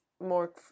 more